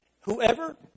whoever